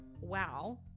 wow